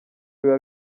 biba